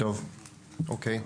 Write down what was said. טוב, אוקיי.